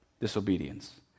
disobedience